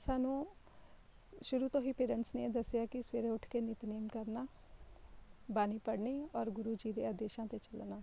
ਸਾਨੂੰ ਸ਼ੁਰੂ ਤੋਂ ਹੀ ਪੇਰੈਂਟਸ ਨੇ ਦੱਸਿਆ ਕਿ ਸਵੇਰੇ ਉੱਠ ਕੇ ਨਿਤਨੇਮ ਕਰਨਾ ਬਾਣੀ ਪੜ੍ਹਨੀ ਔਰ ਗੁਰੂ ਜੀ ਦੇ ਆਦੇਸ਼ਾਂ 'ਤੇ ਚੱਲਣਾ